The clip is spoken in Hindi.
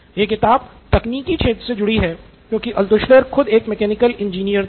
यह किताब तकनीकी क्षेत्र से जुड़ी है क्योंकि अल्त्शुलर खुद एक मैकेनिकल इंजीनियर थे